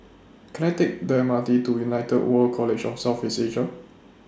Can I Take The M R T to United World College of South East Asia